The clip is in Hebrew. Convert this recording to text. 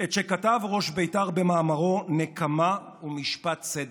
את שכתב ראש בית"ר במאמרו "נקמה ומשפט צדק",